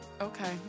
okay